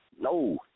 no